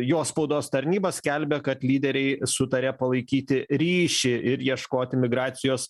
jo spaudos tarnyba skelbia kad lyderiai sutarė palaikyti ryšį ir ieškoti migracijos